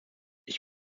ich